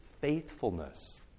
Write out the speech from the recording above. faithfulness